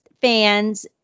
fans